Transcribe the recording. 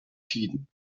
tiden